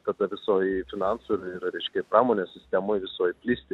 kada visoj finansų yra reiškia pramonės sistemoj visoj plisti